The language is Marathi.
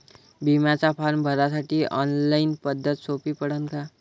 बिम्याचा फारम भरासाठी ऑनलाईन पद्धत सोपी पडन का?